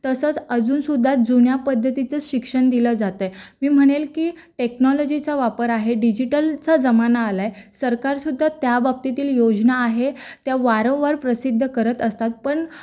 तसंच अजूनसुद्धा जुन्या पद्धतीचं शिक्षण दिलं जातं आहे मी म्हणेल की टेक्नॉलॉजीचा वापर आहे डिजिटलचा जमाना आला आहे सरकारसुद्धा त्याबाबतीतील योजना आहे त्या वारंवार प्रसिद्ध करत असतात पण